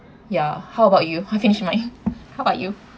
ya how about you I finished mine how about you